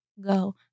go